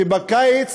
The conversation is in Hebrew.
שבקיץ